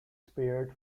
spared